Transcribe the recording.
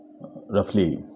roughly